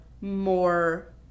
more